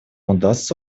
удастся